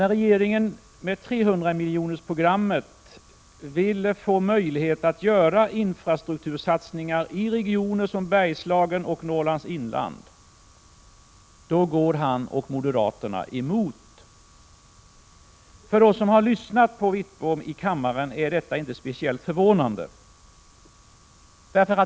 När regeringen med 300-miljonersprogrammet vill få möjlighet att göra infrastruktursatsningar i regioner som Bergslagen och Norrlands inland, går Bengt Wittbom och moderaterna emot detta. För dem som har lyssnat till Wittbom i kammaren är det inte speciellt förvånande.